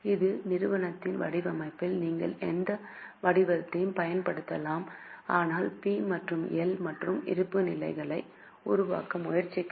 இது நிறுவனத்தின் வடிவமைப்பில் நீங்கள் எந்த வடிவத்தையும் பயன்படுத்தலாம் ஆனால் பி மற்றும் எல் மற்றும் இருப்புநிலைகளை உருவாக்க முயற்சிக்கவும்